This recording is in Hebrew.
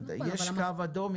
יש קו אדום,